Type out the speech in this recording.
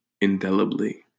indelibly